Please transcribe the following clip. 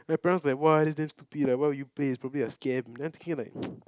my parents like !wah! this is damn stupid why would you pay it's probably a scam then I thinking like